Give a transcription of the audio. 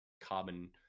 carbon